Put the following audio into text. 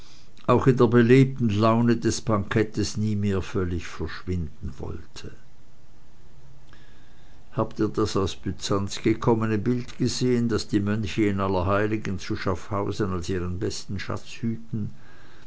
auch in der belebten laune des bankettes nie mehr völlig verschwinden wollte habt ihr das aus byzanz gekommene bild gesehen das die mönche in allerheiligen zu schaffhausen als ihren besten schatz hüten